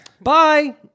Bye